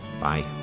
Bye